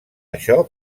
això